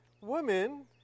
Women